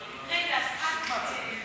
את עושה הצעה לסדר-היום.